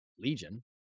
Legion